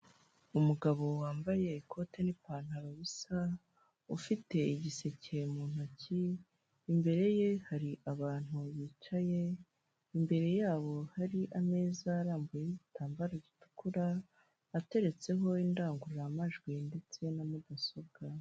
Umugabo wambaye ikote n'ipantaro bisa, ufite igiseke mu ntoki. Imbere ye hari abantu bicaye, imbere yabo hari ameza arambuye y'gitamba gitukura, ateretseho indangururamajwi ndetse na mudasobwa.